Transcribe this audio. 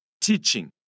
teaching